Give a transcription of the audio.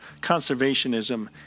conservationism